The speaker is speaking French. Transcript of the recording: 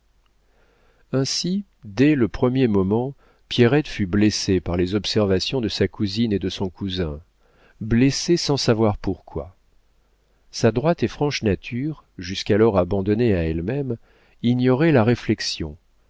ainsi dès le premier moment pierrette fut blessée par les observations de sa cousine et de son cousin blessée sans savoir pourquoi sa droite et franche nature jusqu'alors abandonnée à elle-même ignorait la réflexion